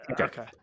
Okay